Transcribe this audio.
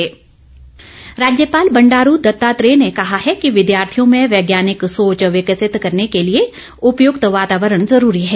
राज्यपाल राज्यपाल बंडारू दत्तात्रेय ने कहा है कि विद्यार्थियों में वैज्ञानिक सोच विकसित करने के लिए उपयुक्त वातावरण जरूरी है